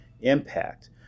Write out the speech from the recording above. impact